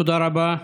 תודה רבה.